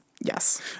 Yes